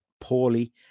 poorly